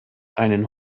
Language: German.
einen